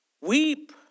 Weep